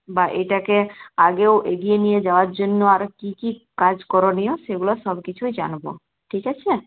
বা এটাকে আগেও এগিয়ে নিয়ে যাওয়ার জন্য আরও কী কী কাজ করণীয় সেগুলা সবকিছুই জানবো ঠিক আছে